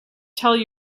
tell